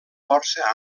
força